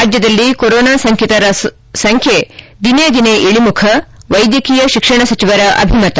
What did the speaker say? ರಾಜ್ಯದಲ್ಲಿ ಕೊರೊನಾ ಸೋಂಕಿತರ ಸಂಖ್ಯೆ ದಿನೇ ದಿನೇ ಇಳಿಮುಖ ವೈದ್ಯಕೀಯ ಶಿಕ್ಷಣ ಸಚಿವರ ಅಭಿಮತ